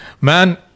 man